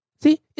See